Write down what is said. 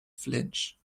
flinch